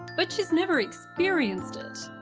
but she's never experienced it.